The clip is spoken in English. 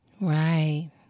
right